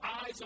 eyes